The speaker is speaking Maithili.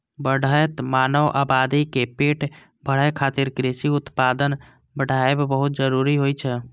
बढ़ैत मानव आबादी के पेट भरै खातिर कृषि उत्पादन बढ़ाएब बहुत जरूरी होइ छै